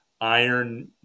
iron